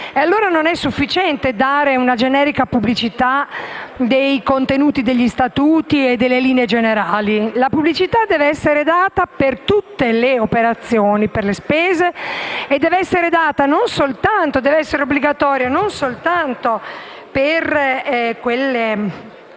Non è sufficiente dare una generica pubblicità dei contenuti degli statuti e delle linee generali. La pubblicità deve essere data per tutte le operazioni e le spese e deve essere obbligatoria non soltanto per quei